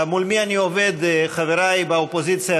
מול מי אני עובד, חבריי באופוזיציה?